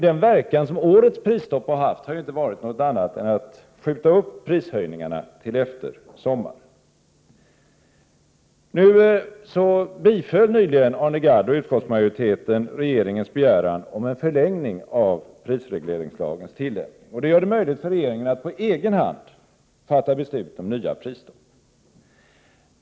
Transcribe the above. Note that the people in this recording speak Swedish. Den verkan som årets prisstopp har haft har inte varit någon annan än att skjuta upp prishöjningarna till efter sommaren. Arne Gadd och utskottsmajoriteten biföll nyligen regeringens begäran om en förlängning av prisregleringslagens tillämpning. Det gör det möjligt för regeringen att på egen hand fatta beslut om nya prisstopp.